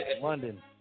London